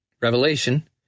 Revelation